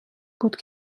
بود